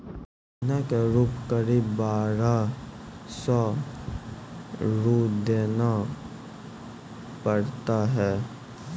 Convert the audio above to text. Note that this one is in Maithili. महीना के रूप क़रीब बारह सौ रु देना पड़ता है?